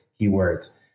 keywords